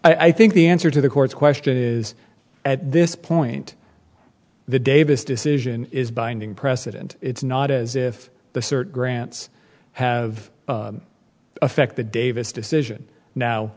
i think the answer to the court's question is at this point the davis decision is binding precedent it's not as if the search grants have effect the davis decision now